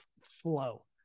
flow